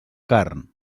carn